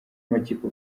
amakipe